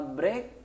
break